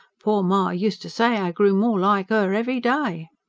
poor ma used to say i grew more like her, every day.